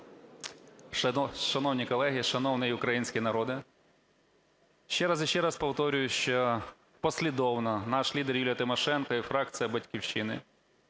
Шановні колеги, шановний український народе, ще раз і ще раз повторюю, що послідовно наш лідер Юлія Тимошенко і фракція "Батьківщина",